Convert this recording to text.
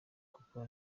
kuko